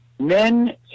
Men